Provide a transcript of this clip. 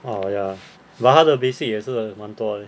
ah ya but 他的 basic 也是蛮多 leh